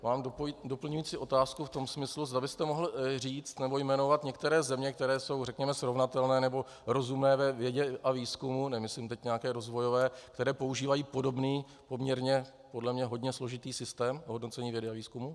Mám doplňující otázku v tom smyslu, zda byste mohl říct nebo jmenovat některé země, které jsou, řekněme, srovnatelné nebo rozumné ve vědě a výzkumu nemyslím teď nějaké rozvojové , které používají podobný, poměrně podle mě hodně složitý systém hodnocení vědy a výzkumu.